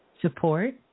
Support